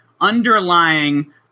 underlying